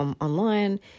online